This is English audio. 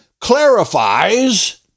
clarifies